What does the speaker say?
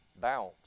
bounce